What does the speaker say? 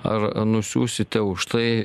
ar nusiųsite už tai